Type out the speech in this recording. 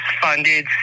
funded